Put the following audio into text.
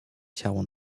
ciało